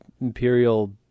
Imperial